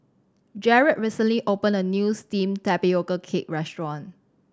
Jarrell recently opened a new steam tapioca cake restaurant